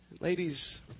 Ladies